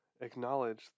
acknowledge